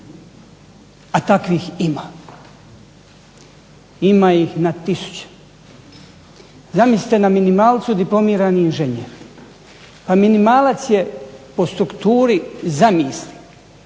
a takvih ima, ima ih na tisuće. Zamislite na minimalcu diplomirani inženjer, pa minimalac je po strukturi zamisli